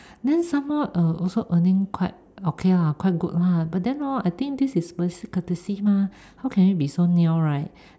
then some more uh also earning quite okay lah quite good lah but then hor i think this is basic courtesy mah how can you be so niao right